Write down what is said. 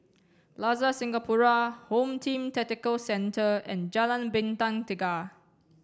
Plaza Singapura Home Team Tactical Centre and Jalan Bintang Tiga